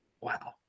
Wow